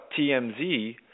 TMZ